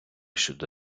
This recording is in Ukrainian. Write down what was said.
щодо